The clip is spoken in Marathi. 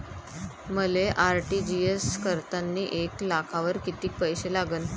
मले आर.टी.जी.एस करतांनी एक लाखावर कितीक पैसे लागन?